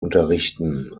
unterrichten